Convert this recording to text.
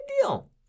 deal